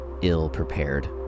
ill-prepared